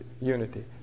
unity